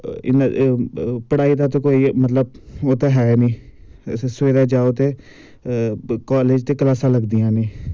इन्ना पढ़ाई दा ते कोई मतलव ओह् दा है नी ऐसे सवेरे जाओ ते कालेज़ ते कलासां लगदियां नी